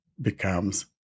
becomes